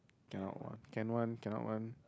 cannot one can one cannot one